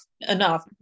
Enough